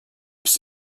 bis